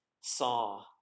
saw